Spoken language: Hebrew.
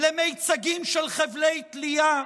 למיצגים של חבלי תלייה?